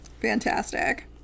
fantastic